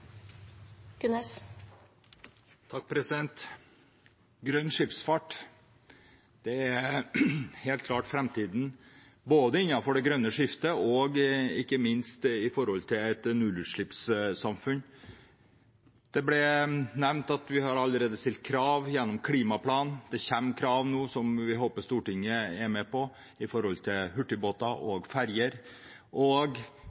helt klart framtiden, både innenfor det grønne skiftet og, ikke minst, for et nullutslippssamfunn. Det ble nevnt at vi allerede har stilt krav gjennom klimaplanen. Det kommer krav nå som vi håper Stortinget er med på, når det gjelder hurtigbåter og